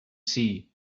see